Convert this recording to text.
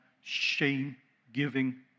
shame-giving